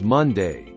Monday